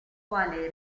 quale